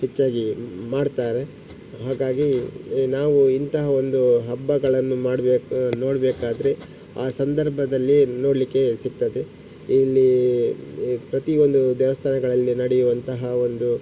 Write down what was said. ಹೆಚ್ಚಾಗಿ ಮಾಡ್ತಾರೆ ಹಾಗಾಗಿ ನಾವು ಇಂತಹ ಒಂದು ಹಬ್ಬಗಳನ್ನು ಮಾಡಬೇಕಾ ನೋಡಬೇಕಾದ್ರೆ ಆ ಸಂದರ್ಭದಲ್ಲೇ ನೋಡಲಿಕ್ಕೆ ಸಿಗ್ತದೆ ಇಲ್ಲಿ ಈ ಪ್ರತಿಯೊಂದು ದೇವಸ್ಥಾನಗಳಲ್ಲಿ ನಡೆಯುವಂತಹ ಒಂದು